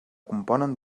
componen